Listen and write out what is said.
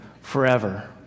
forever